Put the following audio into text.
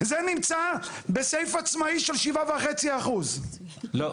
זה נמצא בסעיף עצמאי של 7.5%. לא.